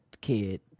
kid